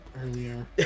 earlier